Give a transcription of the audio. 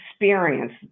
experience